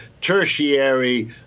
tertiary